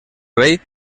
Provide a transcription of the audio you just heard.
rei